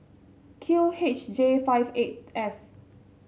Q H J five eight S